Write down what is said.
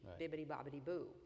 bibbidi-bobbidi-boo